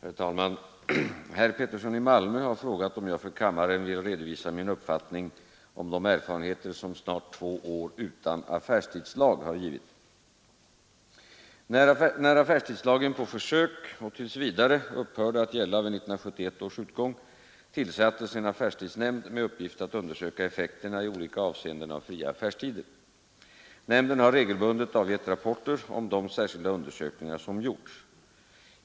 Herr talman! Herr Alf Pettersson i Malmö har frågat om jag för kammaren vill redovisa min uppfattning om de erfarenheter som snart två år utan affärstidslag har givit. När affärstidslagen på försök och tills vidare upphörde att gälla vid 1971 års utgång tillsattes en affärstidsnämnd med uppgift att undersöka effekterna i olika avseenden av fria affärstider. Nämnden har regelbundet avgivit rapporter om de särskilda undersökningar som gjorts.